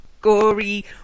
gory